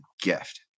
gift